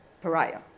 pariah